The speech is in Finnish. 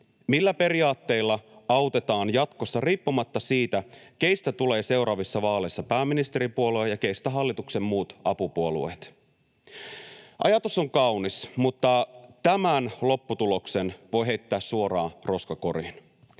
millä periaatteilla autetaan jatkossa riippumatta siitä, keistä tulee seuraavissa vaaleissa pääministeripuolue ja keistä hallituksen muut apupuolueet. Ajatus on kaunis, mutta tämän lopputuloksen voi heittää suoraan roskakoriin.